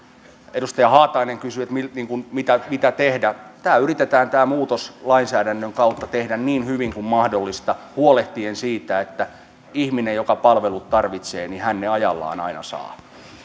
edustaja haatainen kysyi että mitä mitä tehdä tämä muutos lainsäädännön kautta yritetään tehdä niin hyvin kuin mahdollista huolehtien siitä että ihminen joka palvelut tarvitsee ne ajallaan aina saa